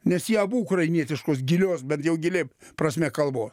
nes jie abu ukrainietiškos gilios bet jau gili prasmė kalbos